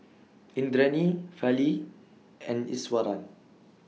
Indranee Fali and Iswaran